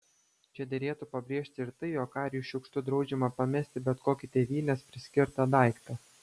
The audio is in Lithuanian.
čia derėtų pabrėžti ir tai jog kariui šiukštu draudžiama pamesti bet kokį tėvynės priskirtą daiktą